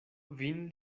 vin